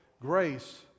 grace